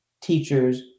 teachers